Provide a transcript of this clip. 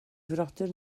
frodyr